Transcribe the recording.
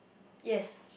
yes